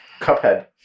cuphead